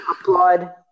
applaud